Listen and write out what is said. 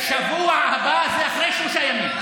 בשבוע הבא זה אחרי שלושה ימים.